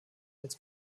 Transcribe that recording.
jetzt